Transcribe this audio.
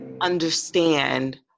understand